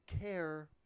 care